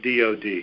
DOD